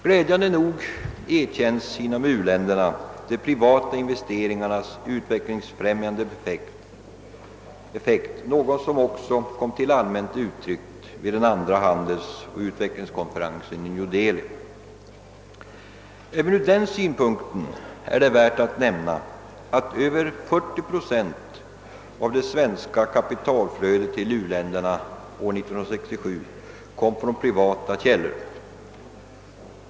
Glädjande nog erkänns inom u-länderna de privata investeringarnas utvecklingsbefrämjande effekt — något som kom till allmänt uttryck vid den andra handelsoch utvecklingskonferensen i New Dehli. Även ur den synpunkten är det värt att nämna att över 40 procent av det totala svenska kapitalflödet till u-länderna år 1967 kom från privata källor.